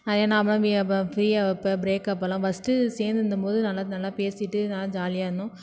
அதே நான் அப்போலாம் ஃப்ரீயாக இப்போ ப்ரேக்கப்போல்லாம் ஃபஸ்ட் சேர்ந்துருந்தம்போது நல்லா நல்லா பேசிகிட்டுதான் ஜாலியாக இருந்தோம்